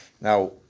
Now